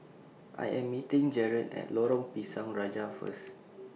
I Am meeting Jarett At Lorong Pisang Raja First